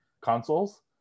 consoles